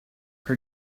her